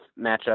matchup